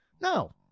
No